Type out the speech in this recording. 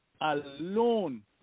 alone